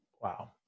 Wow